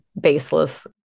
baseless